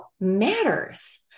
matters